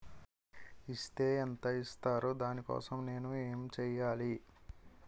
Is తే ఎంత ఇస్తారు దాని కోసం నేను ఎంచ్యేయాలి?